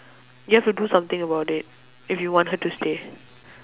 you have to do something about it if you want her to stay